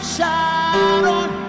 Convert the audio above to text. Sharon